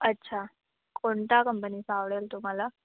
अच्छा कोणत्या कंपनीचा आवडेल तुम्हाला